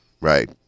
right